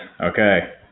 Okay